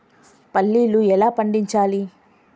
పల్లీలు ఎలా పండించాలి?